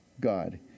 God